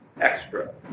extra